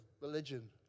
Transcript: religion